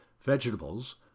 vegetables